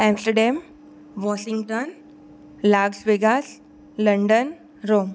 Amsterdam Washington Las Vegas London Rome